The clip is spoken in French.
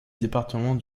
département